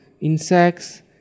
insects